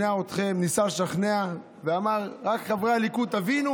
אתכם, ניסה לשכנע, ואמר: חברי הליכוד, תבינו